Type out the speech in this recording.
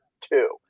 two